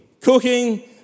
Cooking